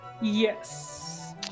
Yes